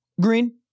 Green